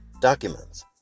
documents